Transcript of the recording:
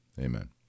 Amen